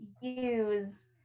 use